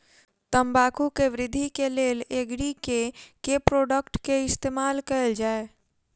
तम्बाकू केँ वृद्धि केँ लेल एग्री केँ के प्रोडक्ट केँ इस्तेमाल कैल जाय?